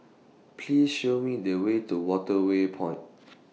Please Show Me The Way to Waterway Point